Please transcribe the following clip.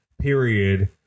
period